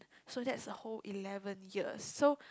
so that's the whole eleven years so